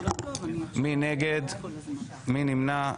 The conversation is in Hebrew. מי נגד, מי נמנע?